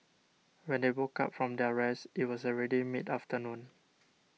when they woke up from their rest it was already mid afternoon